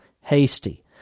hasty